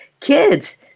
kids